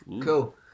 Cool